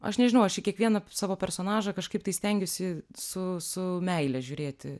aš nežinau aš į kiekvieną savo personažą kažkaip tai stengiuosi su su meile žiūrėti